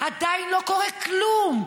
עדיין לא קורה כלום.